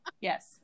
Yes